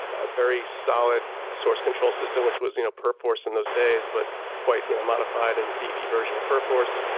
ah very solid source control system which was you know, perk force in those days but quite you know modified and version of perk force.